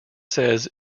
says